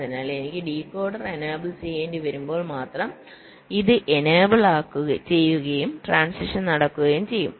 അതിനാൽ എനിക്ക് decoder enable ചെയ്യേണ്ടിവരുമ്പോൾ മാത്രം ഇത് എനേബിൾ ചെയ്യുകയും ട്രാന്സിഷൻ നടക്കുകയും ചെയ്യും